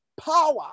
power